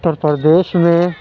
اتر پردیش میں